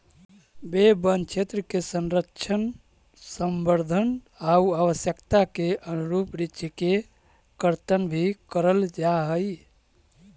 वे वनक्षेत्र के संरक्षण, संवर्धन आउ आवश्यकता के अनुरूप वृक्ष के कर्तन भी करल जा हइ